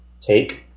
take